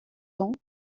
ans